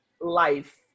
life